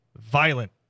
violent